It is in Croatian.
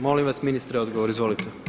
Molim vas ministre odgovor, izvolite.